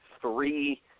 three